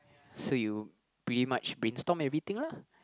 so you pretty much brainstorm everything lah